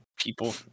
people